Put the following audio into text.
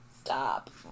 Stop